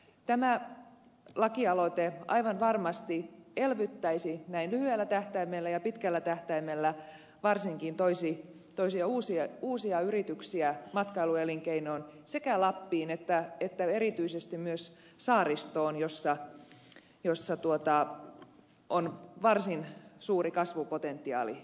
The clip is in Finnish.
tämä lakialoite aivan varmasti elvyttäisi näin lyhyellä tähtäimellä ja pitkällä tähtäimellä varsinkin toisi uusia yrityksiä matkailuelinkeinoon sekä lappiin että erityisesti myös saaristoon jossa on varsin suuri kasvupotentiaali edelleen